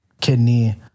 kidney